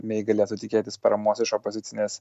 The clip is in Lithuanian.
mei galėtų tikėtis paramos iš opozicinės